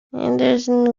henderson